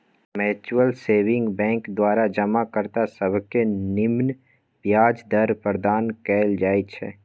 mutual saving bank द्वारा जमा कर्ता सभके निम्मन ब्याज दर प्रदान कएल जाइ छइ